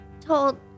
told